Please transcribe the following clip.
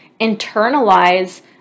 internalize